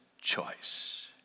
choice